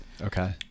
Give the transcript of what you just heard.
Okay